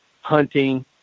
hunting